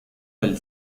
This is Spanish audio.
del